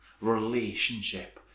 relationship